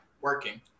working